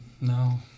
No